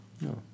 No